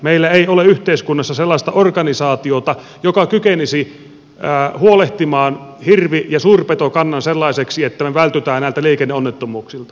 meillä ei ole yhteiskunnassa sellaista organisaatiota joka kykenisi huolehtimaan hirvi ja suurpetokannan sellaiseksi että me vältymme näiltä liikenneonnettomuuksilta